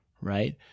right